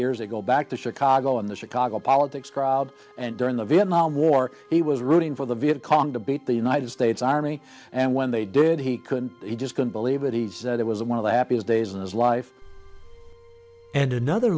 ago back to chicago in the chicago politics crowd and during the vietnam war he was rooting for the viet cong to beat the united states army and when they did he couldn't he just couldn't believe it he said it was one of the happiest days of his life and another